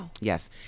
Yes